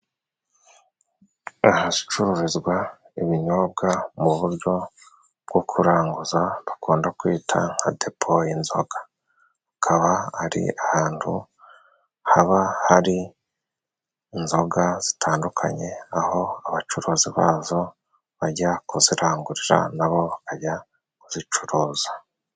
Ahacururizwa ibinyobwa mu buryo bwo kuranguza bakunda kwita nka depo y'inzoga, hakaba ari ahantu haba hari inzoga zitandukanye, aho abacuruzi bazo bajya kuzirangurira nabo bajya kuzicuruza.